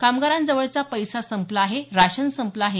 कामगारांजवळचा पैसा संपला आहे राशन संपलं आहे